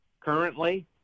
currently